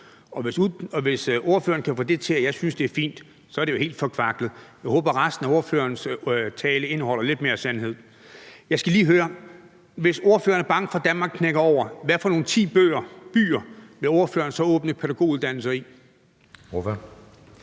Hvis ordføreren kan få det til at lyde, som om jeg synes, det er fint, så er det jo helt forkvaklet. Jeg håber, resten af ordførerens tale indeholder lidt mere sandhed. Jeg skal lige høre: Hvis ordføreren er bange for, at Danmark knækker over, hvad for nogle ti byer vil ordføreren så åbne pædagoguddannelser i?